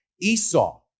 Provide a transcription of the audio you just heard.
Esau